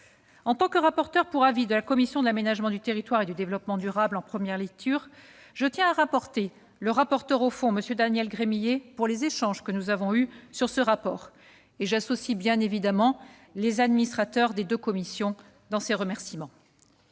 En tant que rapporteure pour avis de la commission de l'aménagement du territoire et du développement durable en première lecture, je tiens à remercier le rapporteur au fond, M. Daniel Gremillet, des échanges que nous avons eus sur ce rapport. J'associe à ces remerciements les administrateurs des deux commissions. Je tiens